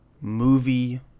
movie